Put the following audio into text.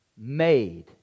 made